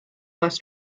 less